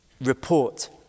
report